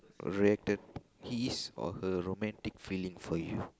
reacted his or her romantic feeling for you